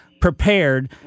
prepared